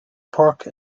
park